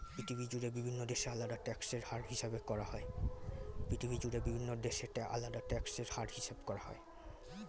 পৃথিবী জুড়ে বিভিন্ন দেশে আলাদা ট্যাক্স এর হার হিসাব করা হয়